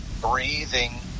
breathing